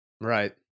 Right